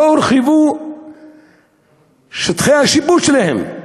לא הורחבו שטחי השיפוט שלהם.